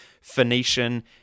Phoenician